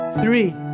three